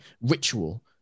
ritual